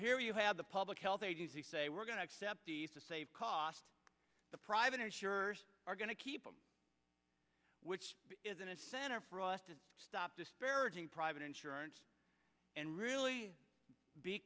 here you have the public health agency say we're going to accept the safe cost the private insurers are going to keep them which isn't a center for us to stop disparaging private insurance and really be